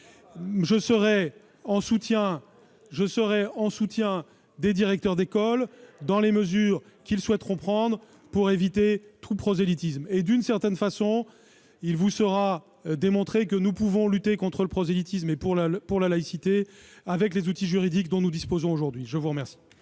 évidemment les directeurs d'école dans les mesures qu'ils souhaiteront prendre pour éviter tout prosélytisme. D'une certaine façon, il vous sera démontré que nous pouvons lutter contre le prosélytisme et pour la laïcité avec les outils juridiques dont nous disposons aujourd'hui. Personne ne